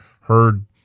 heard